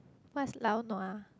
what's lao nua